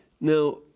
Now